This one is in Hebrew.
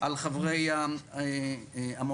על חברי המועצה.